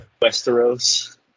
Westeros